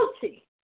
guilty